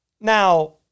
Now